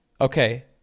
Okay